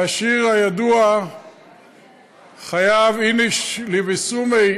והשיר הידוע "חייב איניש לבסומי,